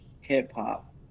hip-hop